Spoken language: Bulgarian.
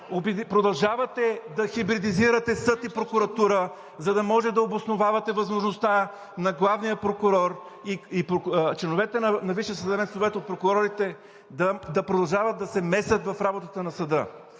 Продължавате да хибридизирате съд и прокуратура, за да може да обосновавате възможността на главния прокурор и членовете на Висшия съдебен съвет от квотата на прокурорите да продължават да се месят в работата на съда.